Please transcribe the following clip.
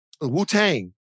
Wu-Tang